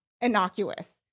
innocuous